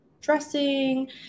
dressing